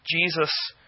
Jesus